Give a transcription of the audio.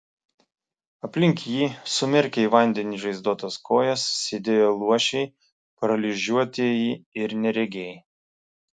aplink jį sumerkę į vandenį žaizdotas kojas sėdėjo luošiai paralyžiuotieji ir neregiai